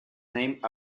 named